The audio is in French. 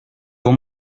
bon